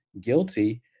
guilty